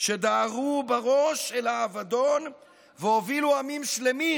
שדהרו בראש אל האבדון והובילו עמים שלמים,